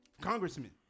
congressman